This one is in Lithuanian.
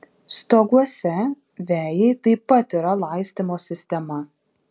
stoguose vejai taip pat yra laistymo sistema